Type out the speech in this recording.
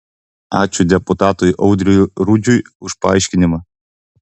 ačiū deputatui audriui rudžiui už paaiškinimą